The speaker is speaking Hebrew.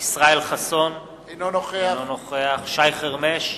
ישראל חסון, אינו נוכח שי חרמש,